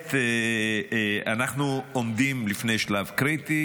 כעת אנחנו עומדים בפני שלב קריטי